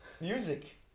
music